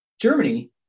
Germany